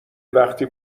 وقتی